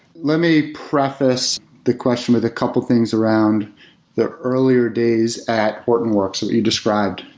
let me preface the question with a couple things around the earlier days at hortonworks, what you described.